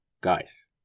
Guys